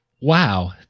wow